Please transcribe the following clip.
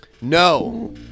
no